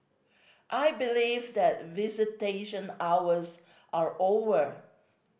I believe that visitation hours are over